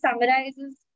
summarizes